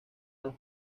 las